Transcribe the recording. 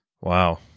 Wow